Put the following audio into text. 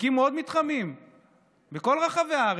הקימו עוד מתחמים בכל רחבי הארץ,